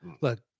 Look